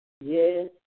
Yes